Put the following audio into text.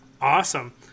awesome